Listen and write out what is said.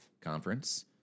conference